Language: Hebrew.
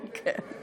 כן.